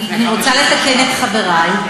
אני רוצה לתקן את חברי.